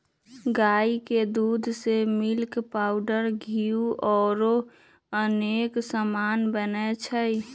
गाई के दूध से मिल्क पाउडर घीउ औरो अनेक समान बनै छइ